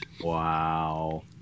Wow